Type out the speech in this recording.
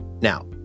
Now